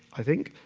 i think.